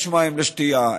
יש מים לשתייה,